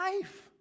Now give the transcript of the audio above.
life